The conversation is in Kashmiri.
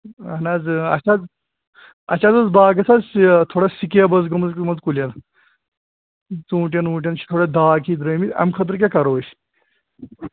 اَہن حظ آ اَسہِ حظ اَسہِ حظ ٲسۍ باغَس حظ یہِ تھوڑا سِکیپ ٲس گٲمٕژ کُلٮ۪ن ژوٗنٛٹٮ۪ن ووٗنٛٹٮ۪ن چھِ تھوڑا داغ ہِوۍ درٛٲمٕتۍ اَمہِ خٲطرٕ کیٛاہ کَرو أسۍ